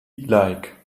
like